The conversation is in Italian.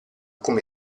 come